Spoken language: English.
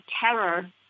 terror